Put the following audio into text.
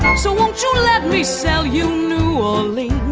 so let me sell you new only.